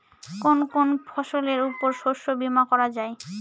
কোন কোন ফসলের উপর শস্য বীমা করা যায়?